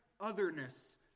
otherness